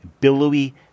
billowy